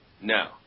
No